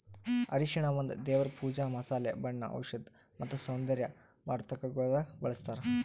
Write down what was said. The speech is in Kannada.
ಅರಿಶಿನ ಒಂದ್ ದೇವರ್ ಪೂಜಾ, ಮಸಾಲೆ, ಬಣ್ಣ, ಔಷಧ್ ಮತ್ತ ಸೌಂದರ್ಯ ವರ್ಧಕಗೊಳ್ದಾಗ್ ಬಳ್ಸತಾರ್